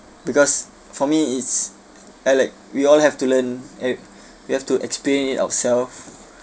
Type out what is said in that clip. because for me it's I like we all have to learn it we have to explain it ourself